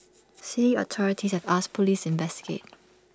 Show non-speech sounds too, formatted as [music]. city authorities have asked Police [noise] investigate